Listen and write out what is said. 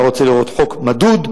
היה רוצה לראות חוק מדוד,